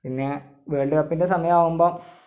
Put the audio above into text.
പിന്നെ വേള്ഡ് കപ്പിന്റെ സമയം ആവുമ്പോൾ